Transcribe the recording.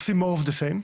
עושים עוד מאותו הדבר,